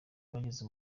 bageze